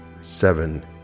seven